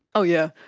oh yeah,